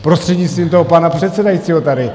Prostřednictvím toho pana předsedajícího tady.